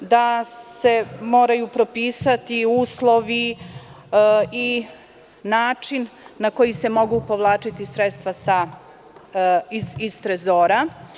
Da se moraju propisati uslovi i način na koji se mogu povlačiti sredstva iz trezora.